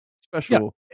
special